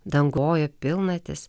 dangojo pilnatis